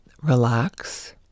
relax